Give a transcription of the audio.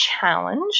challenge